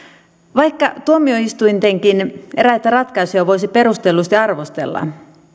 vaikka tuomioistuintenkin eräitä ratkaisuja voisi perustellusti arvostella